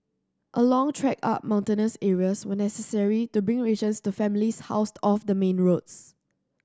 a long trek up mountainous areas were necessary to bring rations to families housed off the main roads